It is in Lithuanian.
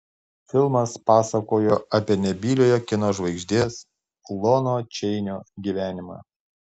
filmas pasakojo apie nebyliojo kino žvaigždės lono čeinio gyvenimą